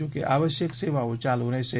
જોકે આવશ્યક સેવા ચાલુ રહેશે